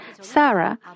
Sarah